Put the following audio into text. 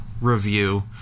review